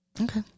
Okay